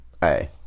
Hey